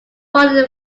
born